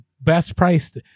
best-priced